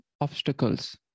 obstacles